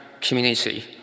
community